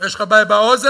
יש לך בעיה באוזן,